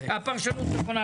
הפרשנות נכונה,